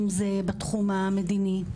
אם זה בתחום המדיני,